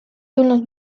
tulnud